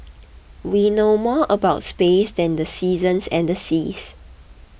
we know more about space than the seasons and the seas